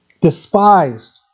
Despised